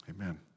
Amen